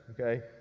Okay